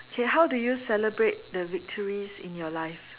okay how do you celebrate the victories in your life